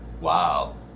Wow